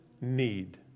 need